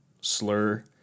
slur